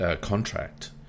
contract